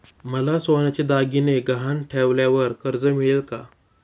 मला सोन्याचे दागिने गहाण ठेवल्यावर कर्ज मिळेल का?